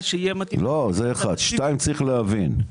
שתיים צריך להבין,